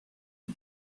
die